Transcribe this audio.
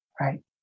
right